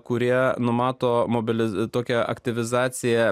kurie numato mobilizuoti tokią aktyvizaciją